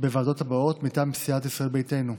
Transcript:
בוועדות האלה: מטעם סיעת ישראל ביתנו,